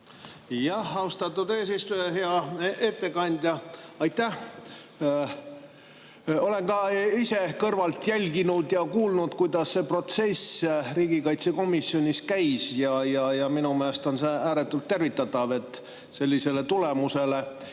Austatud eesistuja! Hea ettekandja, aitäh! Olen ka ise kõrvalt jälginud ja kuulnud, kuidas see protsess riigikaitsekomisjonis käis, ja minu meelest on see ääretult tervitatav, et sellisele tulemusele